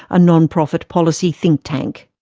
a non-profit policy think tank.